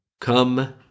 come